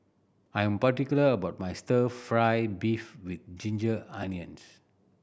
I am particular about my Stir Fry beef with ginger onions